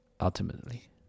ultimately